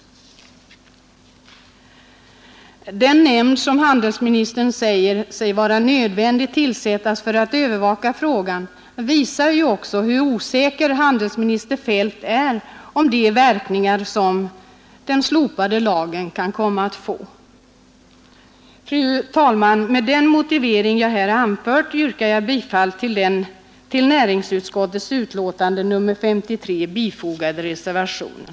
Den nämnd som handelsministern säger vara nödvändig för att övervaka förhållandena visar också hur osäker handelsminister Feldt är om de verkningar som lagens slopande kan komma att få. Med den motivering jag här anfört yrkar jag bifall till den till näringsutskottets utlåtande nr 53 fogade reservationen.